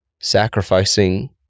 sacrificing